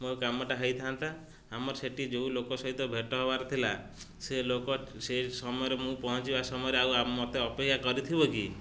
ମୋ କାମଟା ହେଇଥାନ୍ତା ଆମର ସେଠି ଯେଉଁ ଲୋକ ସହିତ ଭେଟ ହବାର ଥିଲା ସେ ଲୋକ ସେ ସମୟରେ ମୁଁ ପହଞ୍ଚିବା ସମୟରେ ଆଉ ମୋତେ ଅପେକ୍ଷା କରିଥିବ କି